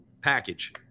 package